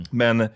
men